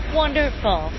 wonderful